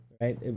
right